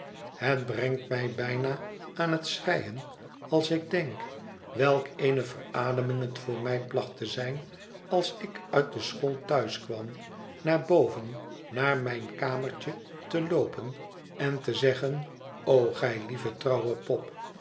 het brengt mij bijna aan het schreien als ik denk welk eene verademing het voor mij placht te zijn als ik uit de school thuis kwam naar boven naarmijne kamerte loopen en te zeggen o gij lieve trouwe pop